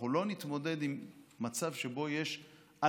אנחנו לא נתמודד עם מצב שבו יש אלפים